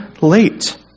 late